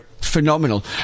phenomenal